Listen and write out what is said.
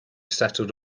settled